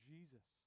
Jesus